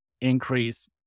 increase